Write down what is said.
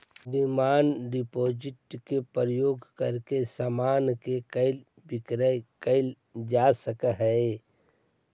demand deposit के प्रयोग करके समान के क्रय विक्रय कैल जा सकऽ हई